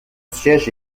siège